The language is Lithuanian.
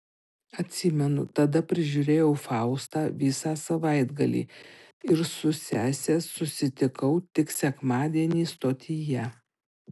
atsimenu tada prižiūrėjau faustą visą savaitgalį ir su sese susitikau tik sekmadienį stotyje